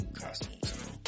costumes